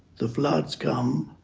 the floods come,